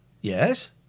Yes